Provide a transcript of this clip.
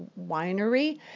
winery